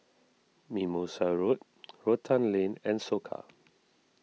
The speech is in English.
Mimosa Road Rotan Lane and Soka